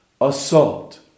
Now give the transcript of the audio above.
assault